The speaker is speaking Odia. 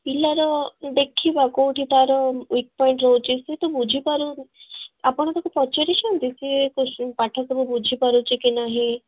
ପିଲାର ଦେଖିବା କେଉଁଠି ତାର ୱିକ୍ ପଏଣ୍ଟ ରହୁଛି ସିଏତ ବୁଝି ପାରୁ ଆପଣ ତାକୁ ପଚାରିଛନ୍ତି କି ପାଠ ସବୁ ବୁଝିପାରୁଛି କି ନାହିଁ